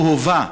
הוא הובא,